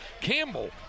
Campbell